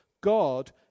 God